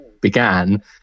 began